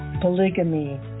polygamy